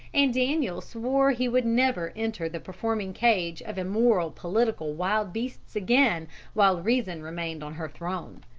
and daniel swore he would never enter the performing cage of immoral political wild beasts again while reason remained on her throne.